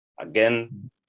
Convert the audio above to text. Again